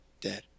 dead